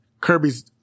Kirby's